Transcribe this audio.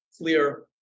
clear